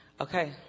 okay